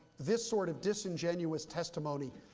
this sort of disingenuous testimony,